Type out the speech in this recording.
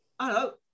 Hello